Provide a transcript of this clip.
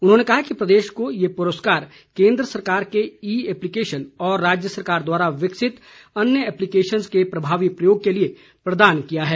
उन्होंने कहा कि प्रदेश को ये पुरस्कार केन्द्र सरकार के ई एप्लीकेशन और राज्य सरकार द्वारा विकसित अन्य एप्लीकेशनस के प्रभावी प्रयोग के लिए प्रदान किया गया है